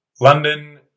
London